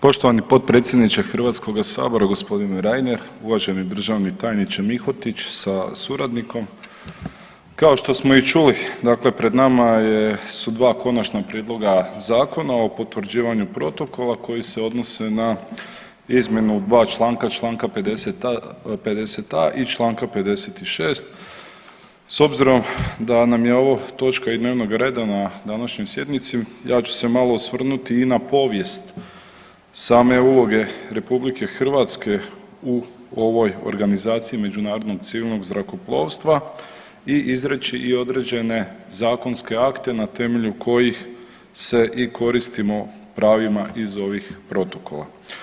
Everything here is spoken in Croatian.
Poštovani potpredsjedniče Hrvatskoga sabora gospodine Reiner, uvaženi državni tajniče Mihotić sa suradnikom kao što smo i čuli, dakle pred nama su 2 konačna prijedloga zakona o potvrđivanju protokola koji se odnose na izmjenu dva članka, Članka 50.(a) i Članka 56., s obzirom da nam je ovo točka i dnevnoga reda na današnjoj sjednici ja ću se malo osvrnuti i na povijest same uloge RH u ovoj Organizaciji međunarodnog civilnog zrakoplovstva i izreći određene zakonske akte na temelju kojih se i koristimo pravima iz ovih protokola.